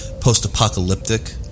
post-apocalyptic